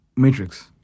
Matrix